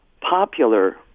popular